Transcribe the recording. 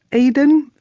aden,